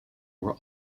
were